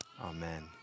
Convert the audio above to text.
Amen